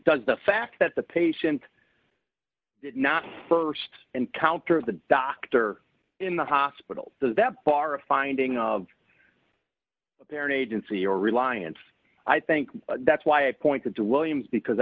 does the fact that the patient did not st encounter the doctor in the hospital that far a finding of the parent agency or reliance i think that's why i pointed to williams because